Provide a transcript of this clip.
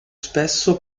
spesso